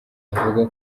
avuga